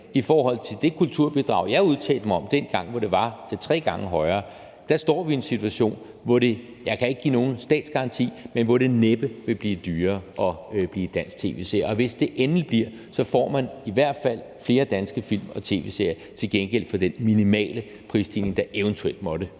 i forhold til det kulturbidrag, jeg udtalte mig om dengang, hvor det var tre gange højere, står vi i en situation, hvor det – jeg kan ikke give nogen statsgaranti – næppe vil blive dyrere at være dansk tv-seer. Og hvis det endelig bliver det, får man i hvert fald flere danske film og tv-serier til gengæld for den minimale prisstigning, der eventuelt måtte